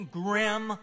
grim